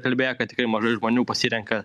kalbėję kad tikrai mažai žmonių pasirenka